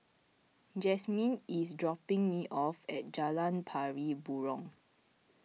Jasmyn is dropping me off at Jalan Pari Burong